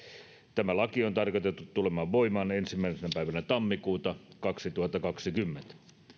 tämä laki on tarkoitettu tulemaan voimaan ensimmäisenä päivänä tammikuuta kaksituhattakaksikymmentä